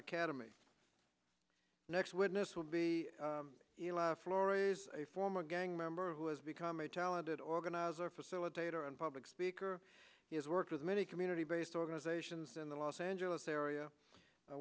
academy next witness will be florrie's a former gang member who has become a talented organizer facilitator and public speaker he has worked with many community based organizations in the los angeles area